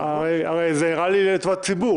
הרי זה נראה לי לטובת הציבור.